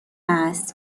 است